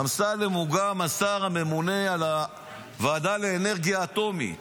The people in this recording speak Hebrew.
אמסלם הוא גם השר הממונה על הוועדה לאנרגיה אטומית.